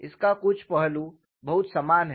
इसका कुछ पहलू बहुत समान है